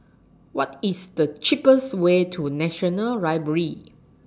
What IS The cheapest Way to National Library